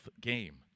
game